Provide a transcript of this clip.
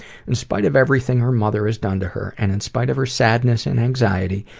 and spite of everything her mother has done to her, and in spite of her sadness and anxiety,